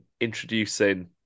introducing